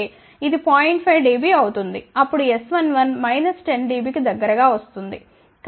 5 dB అవుతుంది అప్పుడు S11 minus 10 dB కి దగ్గరగా వస్తుంది